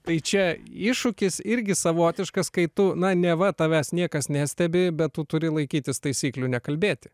tai čia iššūkis irgi savotiškas kai tu na neva tavęs niekas nestebi bet tu turi laikytis taisyklių nekalbėti